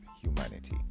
humanity